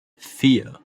vier